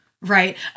right